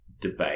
debate